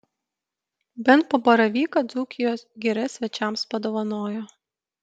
bent po baravyką dzūkijos giria svečiams padovanojo